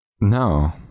No